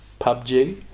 PUBG